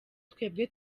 twebwe